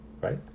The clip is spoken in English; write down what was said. right